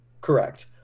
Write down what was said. correct